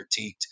critiqued